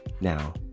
Now